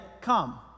come